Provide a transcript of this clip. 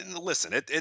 listen